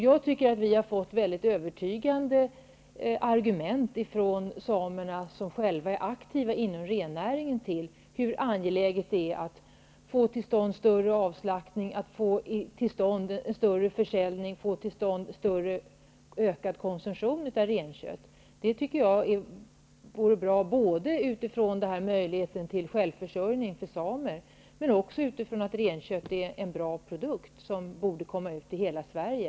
Jag tycker att vi har fått mycket övertygande argument från de samer som själva är aktiva inom rennäringen om hur angeläget det är att få till stånd en större avslaktning, en större försäljning och en ökad konsumtion av renkött. Det vore bra för möjligheten till självförsörjning för samer men också för att renköttet är en bra produkt som borde komma ut i hela Sverige.